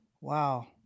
Wow